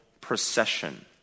procession